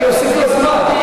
אני אוסיף לו זמן,